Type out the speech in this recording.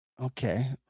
Okay